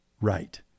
right